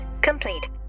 complete